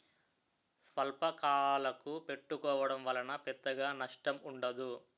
స్వల్పకాలకు పెట్టుకోవడం వలన పెద్దగా నష్టం ఉండదు